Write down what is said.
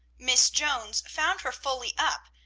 miss jones found her fully up,